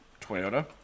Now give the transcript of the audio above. toyota